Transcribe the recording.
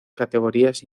categorías